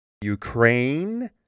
Ukraine